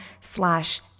slash